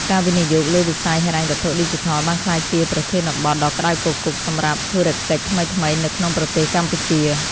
ការវិនិយោគលើវិស័យហិរញ្ញវត្ថុឌីជីថលបានក្លាយជាប្រធានបទដ៏ក្តៅគគុកសម្រាប់ធុរកិច្ចថ្មីៗនៅក្នុងប្រទេសកម្ពុជា។